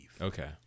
Okay